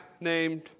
named